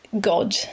god